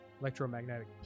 electromagnetic